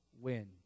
win